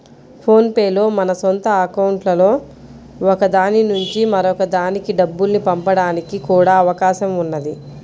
phone pay లో మన సొంత అకౌంట్లలో ఒక దాని నుంచి మరొక దానికి డబ్బుల్ని పంపడానికి కూడా అవకాశం ఉన్నది